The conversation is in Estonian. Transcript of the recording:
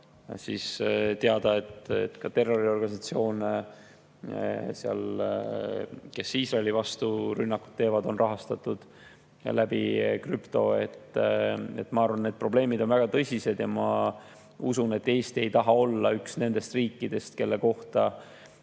ka teada, et terroriorganisatsioone, kes Iisraeli vastu rünnakuid [korraldavad], on rahastatud läbi krüpto. Ma arvan, et need probleemid on väga tõsised, ja ma usun, et Eesti ei taha olla üks nendest riikidest, kelle kohta